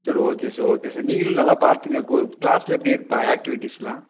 sir okay sir okay sir நீங்களும் நல்லா பார்த்துங்க கிளாஸ்ல எப்படி இருப்பான் ஆக்ட்டிவிட்டிஸ்லாம்